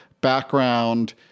background